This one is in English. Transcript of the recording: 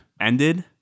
ended